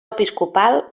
episcopal